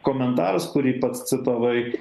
komentaras kurį pats citavai